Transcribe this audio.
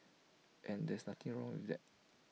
and there's nothing wrong with that